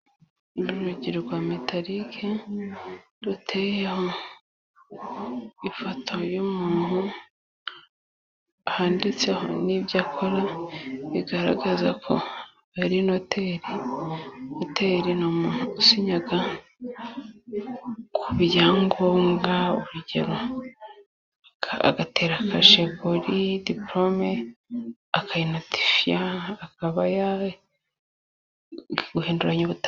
Urugi rwa metarike ruteyeho ifoto y'umuntu, handitseho n'ibyo akora bigaragaza ko ari noteri, noteri ni umuntu usinya ku byangombwa, urugero: agatera kashe kuri diporome, akayinotifiya, akaba ya..., guhinduranya ubutaka.